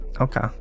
Okay